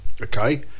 Okay